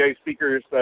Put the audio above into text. speakers